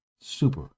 super